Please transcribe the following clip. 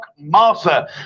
Master